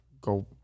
go